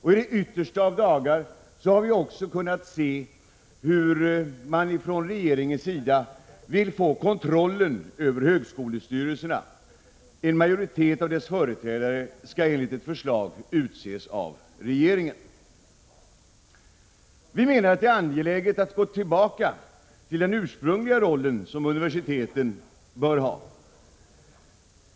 I de yttersta av dessa dagar har vi också kunnat se hur man från regeringens sida vill få kontroll över högskolestyrelserna. Majoriteten av styrelserepresentanterna skall enligt ett förslag utses av regeringen. Vi menar att det är angeläget att gå tillbaka till den ursprungliga roll som universiteten bör ha.